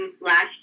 last